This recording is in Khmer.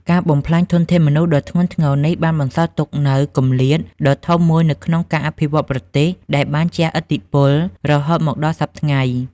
ការបំផ្លាញធនធានមនុស្សដ៏ធ្ងន់ធ្ងរនេះបានបន្សល់ទុកនូវគម្លាតដ៏ធំមួយនៅក្នុងការអភិវឌ្ឍប្រទេស ដែលបានជះឥទ្ធិពលរហូតមកដល់សព្វថ្ងៃ។